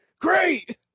Great